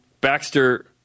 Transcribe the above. Baxter